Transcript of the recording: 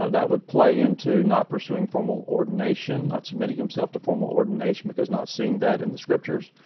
ah that would play into not pursuing formal ordination, not submitting himself to formal ordination because not seeing that in the scriptures.